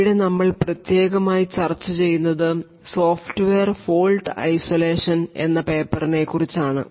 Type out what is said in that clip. ഇവിടെ നമ്മൾ പ്രത്യേകമായി ചർച്ച ചെയ്യുന്നത് സോഫ്റ്റ്വെയർ ഫോൾട്ട് ഐസൊലേഷൻ എന്ന പേപ്പറിനെ കുറിച്ചാണ്